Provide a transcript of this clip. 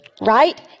right